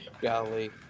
golly